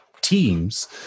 teams